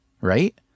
right